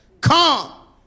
come